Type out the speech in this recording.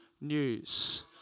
news